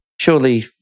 Surely